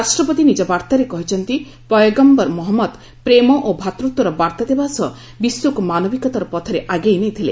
ରାଷ୍ଟ୍ରପତି ନିଜ ବାର୍ଭାରେ କହିଛନ୍ତି ପୟଗମ୍ଭର ମହମ୍ମଦ ପ୍ରେମ ଓ ଭ୍ରାତୃତ୍ୱର ବାର୍ତ୍ତା ଦେବା ସହ ବିଶ୍ୱକୁ ମାନବିକତାର ପଥରେ ଆଗେଇ ନେଇଥିଲେ